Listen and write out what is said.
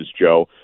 Joe